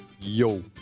Yo